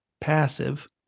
passive